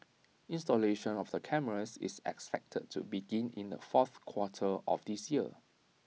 installation of the cameras is expected to begin in the fourth quarter of this year